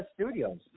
Studios